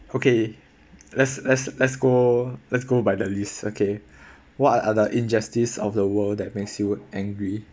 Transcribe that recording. okay let's let's let's go let's go by the list okay what are the injustice of the world that makes you angry